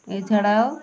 এছাড়াও